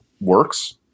works